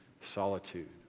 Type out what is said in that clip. solitude